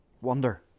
wonder